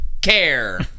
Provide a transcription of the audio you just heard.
care